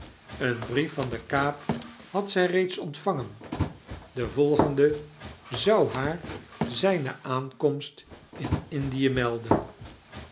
een brief van de k a a p had zg reeds ontvangen de volgende zou haar zgne aankomst in indie melden